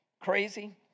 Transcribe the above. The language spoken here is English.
Crazy